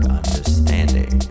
understanding